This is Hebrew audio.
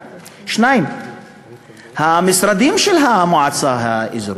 1. 2. המשרדים של המועצה האזורית,